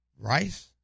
Rice